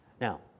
Now